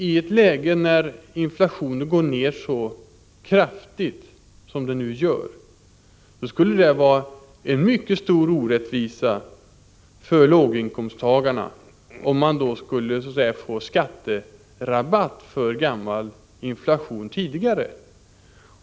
I ett läge när inflationen går ned så kraftigt som den nu gör skulle det vara mycket orättvist mot låginkomsttagarna om man skulle få skatterabatt för ”gammal” inflation.